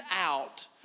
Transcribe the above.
out